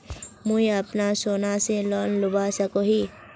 मुई अपना सोना से लोन लुबा सकोहो ही?